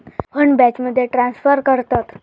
fund बॅचमध्ये transfer करतत